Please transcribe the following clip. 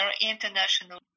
international